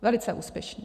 Velice úspěšní.